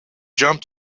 jump